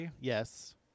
yes